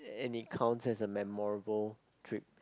and is counted as a memorable trip